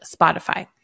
Spotify